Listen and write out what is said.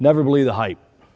never believe the hype